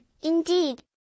indeed